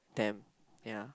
them ya